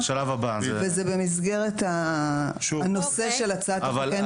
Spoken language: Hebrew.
וזה במסגרת הנושא של הצעת החוק.